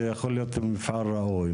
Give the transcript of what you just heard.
זה יכול להיות מפעל ראוי?